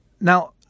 Now